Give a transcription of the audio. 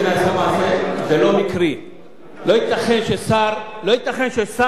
לא ייתכן ששר שלא בקי בנושא רישום הנישואים